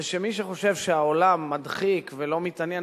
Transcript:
ומי שחושב שהעולם מדחיק ולא מתעניין